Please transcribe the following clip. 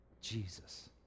Jesus